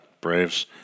Braves